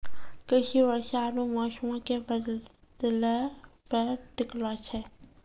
कृषि वर्षा आरु मौसमो के बदलै पे टिकलो छै